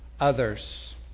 others